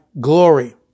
glory